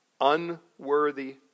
unworthy